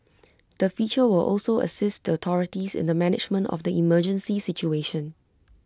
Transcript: the feature will also assist the authorities in the management of the emergency situation